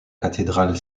cathédrale